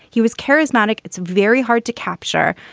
he was charismatic. it's very hard to capture.